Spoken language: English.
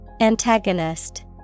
Antagonist